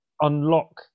unlock